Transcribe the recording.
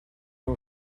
اون